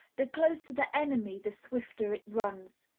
the closer the enemy, the swifter it runs.